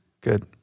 Good